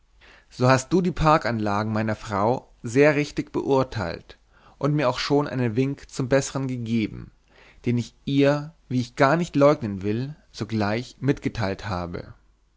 so hast du die parkanlagen meiner frau sehr richtig beurteilt und mir auch schon einen wink zum bessern gegeben den ich ihr wie ich gar nicht leugnen will sogleich mitgeteilt habe